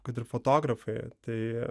kad ir fotografai tai